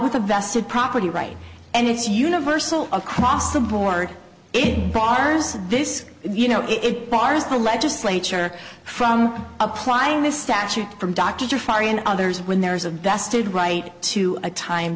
with a vested property right and it's universal across the board it bars this you know it bars the legislature from applying this statute from doctor to others when there's a vested right to a time